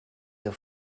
your